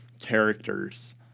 characters